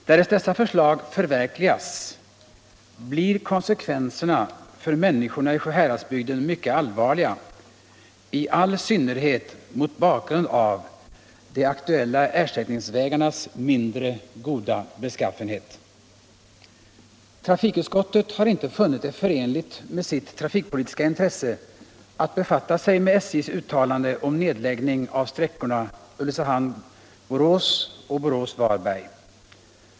Därest dessa förslag förverkligas, blir konsekvenserna för människorna i Sjuhäradsbygden mycket allvarliga, i all synnerhet mot bakgrund av de aktuella ersättningsvägarnas mindre goda beskaffenhet. Trafikutskottet har inte funnit det förenligt med sitt trafikpolitiska intresse att befatta sig med SJ:s uttalande om nedläggning av sträckorna Ulricehamn-Borås och Borås-Varberg.